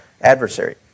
adversary